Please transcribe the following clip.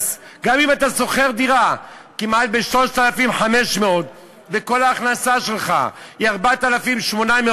גם אם אתה שוכר דירה בכמעט 3,500 שקלים וכל ההכנסה שלך היא 4,800,